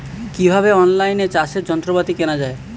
কিভাবে অন লাইনে চাষের যন্ত্রপাতি কেনা য়ায়?